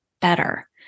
better